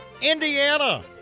Indiana